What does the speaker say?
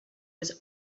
was